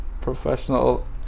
professional